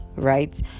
Right